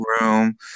room